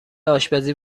آشپزی